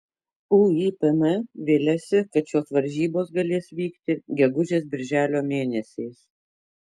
uipm viliasi kad šios varžybos galės vykti gegužės birželio mėnesiais